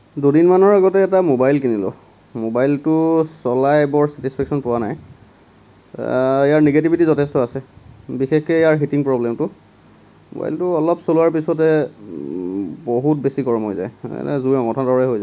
দুদিনমানৰ আগতে এটা মোবাইল কিনিলোঁ মোবাইলটো চলাই বৰ চেটিচ্ফেকচন পোৱা নাই ইয়াৰ নিগেটিভিটি যথেষ্ট আছে বিশেষকে ইয়াৰ হিটিং প্ৰবলেমটো মোবাইলটো অলপ চলোৱাৰ পিছতে বহুত বেছি গৰম হৈ যায় এনে জুই অঙঠাৰ দৰে হৈ যায়